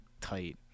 tight